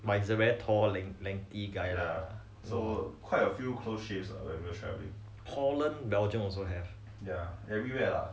but it's a very tall lanky guy lah holland belgium also have ah